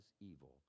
evil